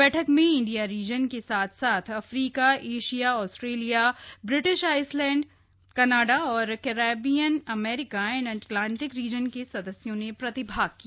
बैठक में India region के साथ साथ Africa Asia Australia British island Canada और Caribbean America and Atlantic region के सदस्यों ने प्रतिभाग किया